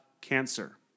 cancer